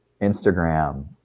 Instagram